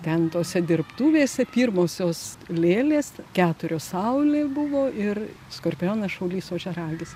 ten tose dirbtuvėse pirmosios lėlės keturios saulė buvo ir skorpionas šaulys ožiaragis